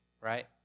right